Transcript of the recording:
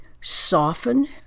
soften